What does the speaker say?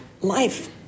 life